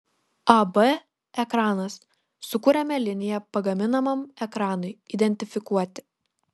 ab ekranas sukūrėme liniją pagaminamam ekranui identifikuoti